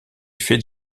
fait